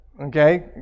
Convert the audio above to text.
Okay